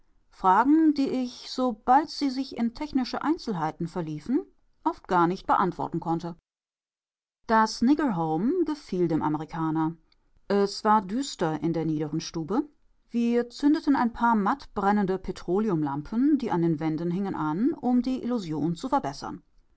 fragen die ich sobald sie sich in technische einzelheiten verliefen oft gar nicht beantworten konnte das nigger home gefiel dem amerikaner es war düster in der niederen stube wir zündeten ein paar matt brennende petroleumlampen die an den wänden hingen an um die illusion zu verbessern